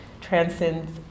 transcends